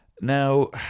Now